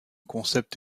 concept